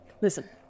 Listen